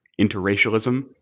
Interracialism